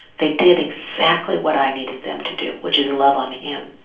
they did exactly what i needed them to do, which is love on him.